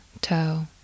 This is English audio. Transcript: toe